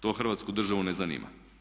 To hrvatsku državu ne zanima.